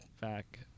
back